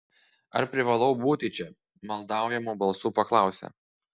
ar privalau būti čia maldaujamu balsu paklausė